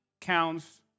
Counts